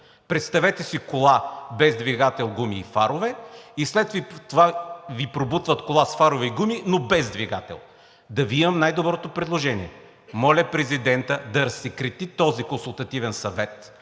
Представете си кола без двигател, гуми и фарове, а след това Ви пробутват кола с фарове и гуми, но без двигател. Да Ви имам най-доброто предложение! Моля президентът да разсекрети този Консултативен съвет,